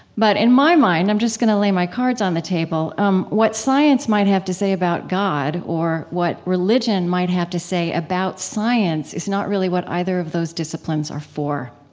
but in my mind i'm just going to lay my cards on the table um what science might have to say about god or what religion might have to say about science is not really what either of those disciplines are for.